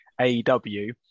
AEW